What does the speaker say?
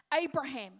Abraham